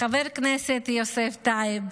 לחבר הכנסת יוסף טייב.